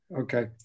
Okay